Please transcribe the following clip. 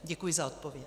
Děkuji za odpověď.